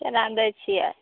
कोना दै छिए